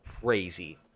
crazy